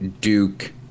Duke